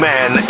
Man